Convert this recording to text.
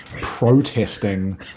protesting